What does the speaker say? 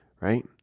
right